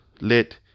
let